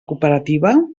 cooperativa